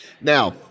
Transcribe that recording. Now